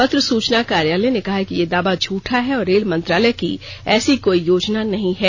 पत्र सूचना कार्यालय ने कहा है कि यह दावा झूठा है और रेल मंत्रालय की ऐसी कोई योजना नहीं है